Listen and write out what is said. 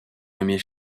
nommez